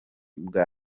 bwa